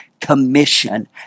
commission